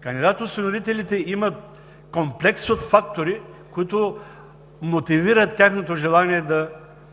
Кандидат-осиновителите имат комплекс от фактори, които мотивират тяхното желание да